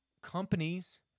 companies